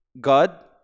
God